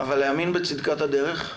אבל להאמין בצדקת הדרך,